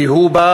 כי הוא בא